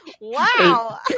Wow